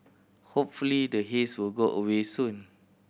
hopefully the haze will go away soon